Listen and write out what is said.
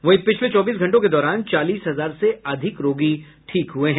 वहीं पिछले चौबीस घंटों के दौरान चालीस हजार से अधिक रोगी ठीक हुए हैं